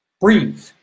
Breathe